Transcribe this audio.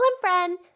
friend